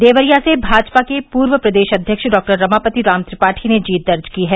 देवरिया से भाजपा के पूर्व प्रदेश अध्यक्ष डॉक्टर रमापति राम त्रिपाठी ने जीत दर्ज की है